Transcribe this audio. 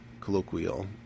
colloquial